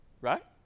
Right